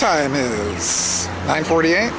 time i'm forty eight